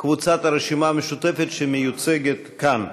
קבוצת הרשימה המשותפת, שמיוצגת כאן.